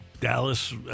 Dallas